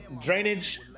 drainage